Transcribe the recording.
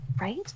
Right